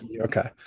Okay